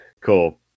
Cool